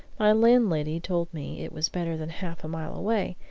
my landlady told me it was better than half a mile away,